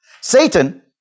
Satan